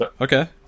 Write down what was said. Okay